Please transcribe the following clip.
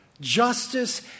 Justice